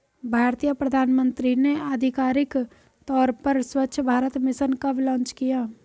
भारतीय प्रधानमंत्री ने आधिकारिक तौर पर स्वच्छ भारत मिशन कब लॉन्च किया?